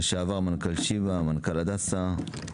לשעבר מנכ"ל שיבא ומנכ"ל הדסה.